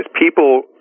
people